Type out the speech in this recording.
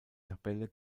tabelle